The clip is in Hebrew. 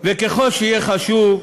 וככל שיהיה חשוב,